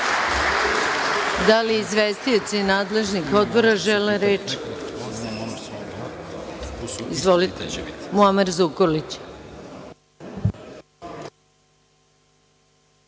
li izvestioci nadležnih odbora žele reč? Izvolite, Muamer Zukorlić.